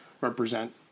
represent